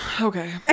okay